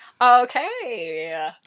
Okay